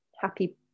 happy